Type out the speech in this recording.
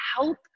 help